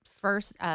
first